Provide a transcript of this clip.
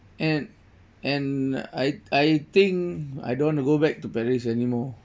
and and I I think I don't want to go back to paris anymore